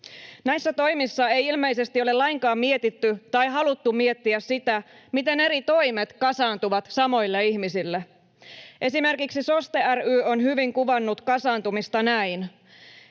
Näissä toimissa ei ilmeisesti ole lainkaan mietitty tai haluttu miettiä sitä, miten eri toimet kasaantuvat samoille ihmisille. Esimerkiksi SOSTE ry on hyvin kuvannut kasaantumista näin: